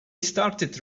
started